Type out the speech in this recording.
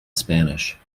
spanish